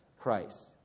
Christ